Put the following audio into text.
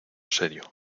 serio